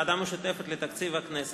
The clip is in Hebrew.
ועדה משותפת לתקציב הכנסת.